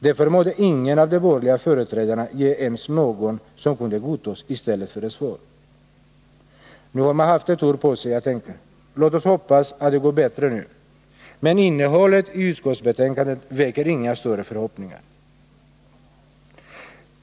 Då förmådde ingen av de borgerliga företrädarna ge ens något som kunde godtas istället för ett svar. Nu har man haft ett år på sig att tänka. Låt oss hoppas att det går bättre nu. Men innehållet i utskottsbetänkandet väcker inga större förhoppningar.